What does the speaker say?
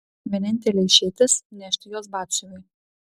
vienintelė išeitis nešti juos batsiuviui